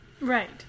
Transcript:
Right